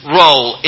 role